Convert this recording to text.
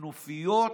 כנופיות